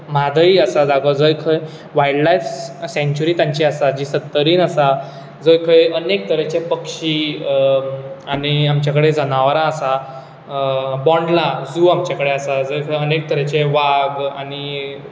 म्हादय आसा जागो जंय खंय वायलडलायफ सॅंचुरी तांची आसा जी सत्तरीन आसा जंय खंय अनेक तरेचे पक्षी आनी आमचे कडेन जनावरां आसा बोंडला जू आमचे कडेन आसा जंय अनेक तरेचे वाग